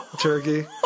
turkey